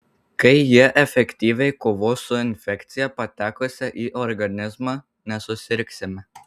kai jie efektyviai kovos su infekcija patekusia į organizmą nesusirgsime